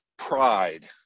pride